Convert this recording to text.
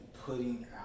putting